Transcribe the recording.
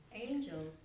angels